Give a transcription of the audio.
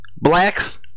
blacks